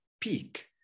peak